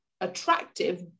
attractive